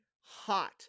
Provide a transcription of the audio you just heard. hot